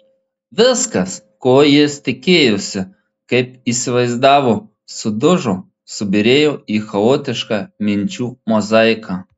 viskas ko jis tikėjosi kaip įsivaizdavo sudužo subyrėjo į chaotišką minčių mozaiką